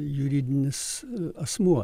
juridinis asmuo